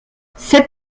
seth